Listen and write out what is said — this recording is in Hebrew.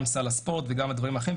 גם סל הספורט וגם הדברים האחרים,